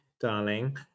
darling